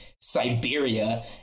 Siberia